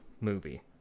movie